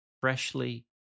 freshly